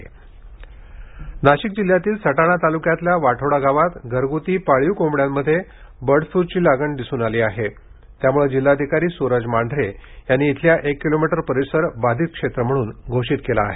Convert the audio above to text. Nashik bird flu Nashik जिल्ह्यातील सटाणा तालुक्यातील वाठोडा गावात घरगूती पाळीव कोंबड्यांमध्ये बर्ड फ्लूची लागण दिसून आली आहे त्यामुळे जिल्हाधिकारी सुरज मांढरे यांनी येथील एक किलोमीटर परिसर बाधित क्षेत्र म्हणून घोषित केले आहे